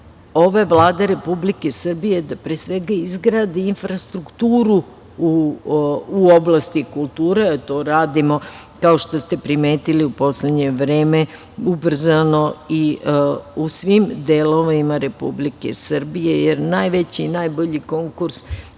ove Vlade Republike Srbije da pre svega izgradi infrastrukturu u oblasti kulture. To radimo, kao što ste primetili u poslednje vreme, ubrzano i u svim delovima Republike Srbije, jer najveći i najbolji konkurs